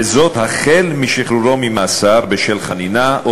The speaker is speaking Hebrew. וזאת החל משחרורו ממאסר בשל חנינה או